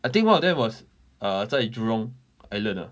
I think one of them was err 在 jurong island ah